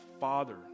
Father